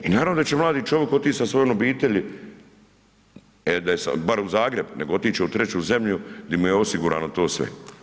I naravno da će mladi čovjek otići sa svojom obitelji, e da je bar u Zagreb, nego otići će u treću zemlju gdje mu je osigurano to sve.